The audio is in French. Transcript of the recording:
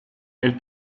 elle